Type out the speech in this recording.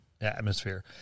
atmosphere